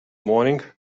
moaning